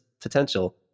potential